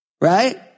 right